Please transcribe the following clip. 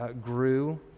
grew